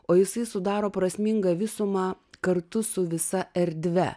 o jisai sudaro prasmingą visumą kartu su visa erdve